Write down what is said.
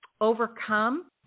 overcome